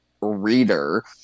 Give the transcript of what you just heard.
reader